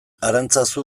arantzazu